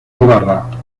ibarra